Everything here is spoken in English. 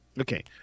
Okay